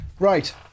Right